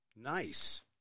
Nice